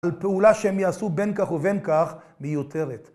על פעולה שהם יעשו בין כך ובין כך מיותרת.